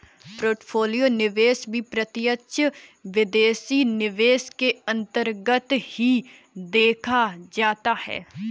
portfolio निवेश भी प्रत्यक्ष विदेशी निवेश के अन्तर्गत ही देखा जाता है